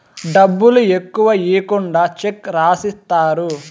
డబ్బులు ఎక్కువ ఈకుండా చెక్ రాసిత్తారు